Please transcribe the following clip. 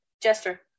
Jester